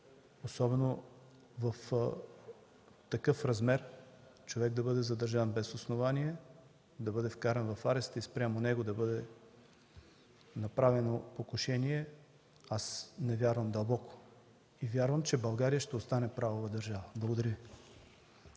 особено в такъв размер – човек да бъде задържан без основание, да бъде вкаран в ареста и спрямо него да бъде направено покушение, аз не вярвам дълбоко. Вярвам, че България ще остане правова държава. Благодаря.